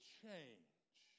change